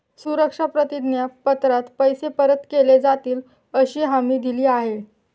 सुरक्षा प्रतिज्ञा पत्रात पैसे परत केले जातीलअशी हमी दिली आहे